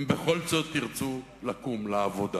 הם בכל זאת ירצו לקום לעבודה.